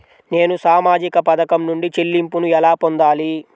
నేను సామాజిక పథకం నుండి చెల్లింపును ఎలా పొందాలి?